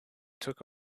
took